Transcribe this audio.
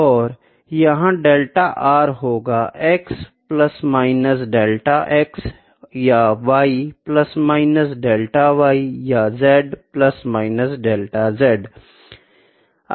और यहाँ delta r होगा x plus minus delta x या y plus minus delta y या z plus minus delta z